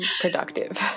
productive